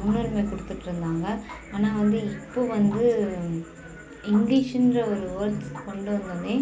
முன்னுரிமை கொடுத்துட்ருந்தாங்க ஆனால் வந்து இப்போது வந்து இங்கிலீஷ்ன்ற ஒரு வேர்ட்ஸ் கொண்ட உடனே